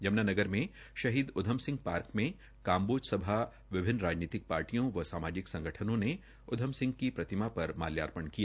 यमुनानगर में शहीद उधम सिंह पार्क मे कांबोज सभा विभिन्न राजनीतिक पार्टियों व सामाजिक संगठनों ने उधम सिंह की प्रतिमा पर माल्यार्पण किया